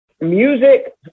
music